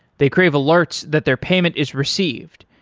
they crave alerts that their payment is received.